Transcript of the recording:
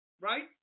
Right